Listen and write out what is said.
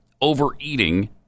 overeating